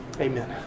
Amen